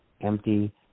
empty